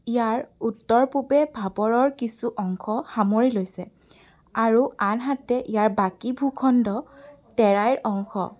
ইয়াৰ উত্তৰ পূৱে ভাপৰৰ কিছু অংশ সামৰি লৈছে আৰু আনহাতে ইয়াৰ বাকী ভূখণ্ড তেৰাইৰ অংশ